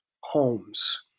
homes